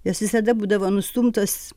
jos visada būdavo nustumtos